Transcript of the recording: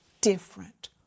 different